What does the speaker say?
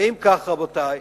רבותי,